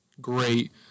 great